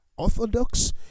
Orthodox